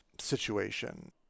situation